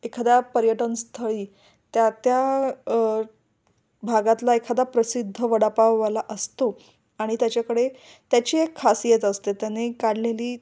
एखाद्या पर्यटन स्थळी त्या त्या भागातला एखादा प्रसिद्ध वडापाववाला असतो आणि त्याच्याकडे त्याची एक खासियत असते त्याने काढलेली